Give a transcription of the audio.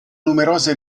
numerose